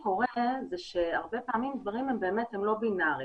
הרבה פעמים דברים הם לא בינריים.